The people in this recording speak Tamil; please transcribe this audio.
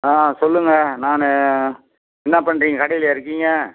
ஆ சொல்லுங்கள் நான் என்ன பண்ணுறீங்க கடையிலயா இருக்கீங்க